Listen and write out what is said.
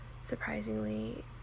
Surprisingly